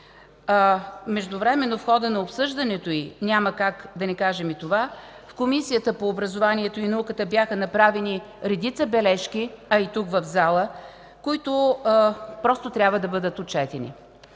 Междувременно в хода на обсъждането й няма как да не кажем и това. В Комисията по образованието и науката бяха направени редица бележки, а и тук в залата, които просто трябва да бъдат отчетени.